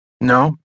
No